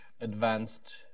advanced